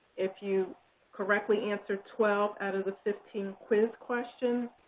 if you correctly answer twelve out of the fifteen quiz questions,